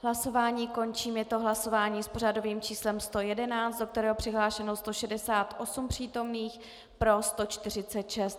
Hlasování končím, je to hlasování s pořadovým číslem 111, do kterého je přihlášeno 168 přítomných, pro 146.